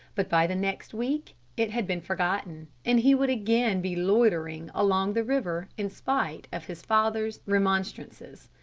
but by the next week it had been forgotten and he would again be loitering along the river in spite of his father's remonstrances.